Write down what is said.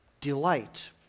delight